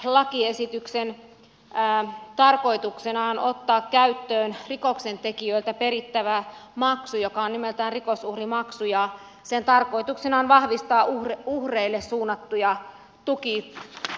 tämän lakiesityksen tarkoituksena on ottaa käyttöön rikoksentekijöiltä perittävä maksu joka on nimeltään rikosuhrimaksu ja sen tarkoituksena on vahvistaa uhreille suunnattuja tukipalveluja